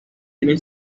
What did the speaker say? tienen